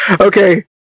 okay